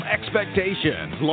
Expectations